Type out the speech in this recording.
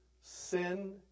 sin